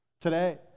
today